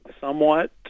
somewhat